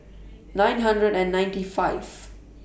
nine hundred and ninety five